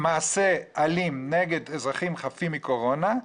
מעשה אלים נגד אזרחים חפים מקורונה,